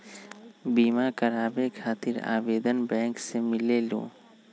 बिमा कराबे खातीर आवेदन बैंक से मिलेलु?